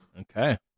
Okay